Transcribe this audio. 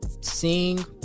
sing